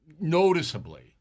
noticeably